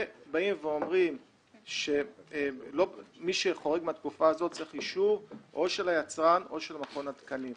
אומרים שמי שחורג מתקופה זו צריך אישור או של היצרן או של מכון התקנים.